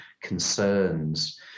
concerns